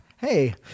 Hey